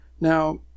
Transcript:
now